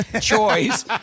choice